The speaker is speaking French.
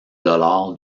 dollars